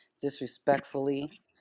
disrespectfully